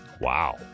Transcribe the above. Wow